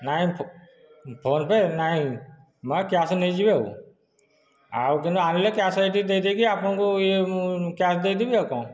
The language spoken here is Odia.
ନାହି ଫୋନ ପେ ନାହିଁ ମ ଆଉ କ୍ୟାଶ ନେଇଯିବେ ଆଉ ଆଉ ଦିନେ ଆଣିଲେ କ୍ୟାଶ ଏଇଠି ଦେଇ ଦେଇକି ଆପଣଙ୍କୁ କ୍ୟାଶ ଦେଇଦେବି ଆଉ କଣ